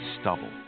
stubble